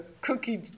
cookie